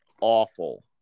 awful